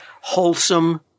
wholesome